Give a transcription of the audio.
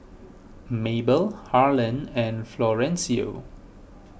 Mabel Harland and Florencio